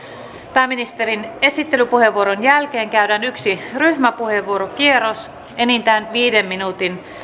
pääministerin esittelypuheenvuoron jälkeen käydään yksi ryhmäpuheenvuorokierros enintään viiden minuutin